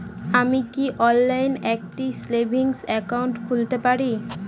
আমি কি অনলাইন একটি সেভিংস একাউন্ট খুলতে পারি?